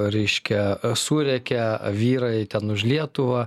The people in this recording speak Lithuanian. reiškia surėkia vyrai ten už lietuvą